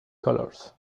colours